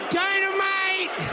dynamite